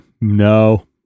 no